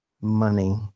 money